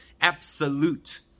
absolute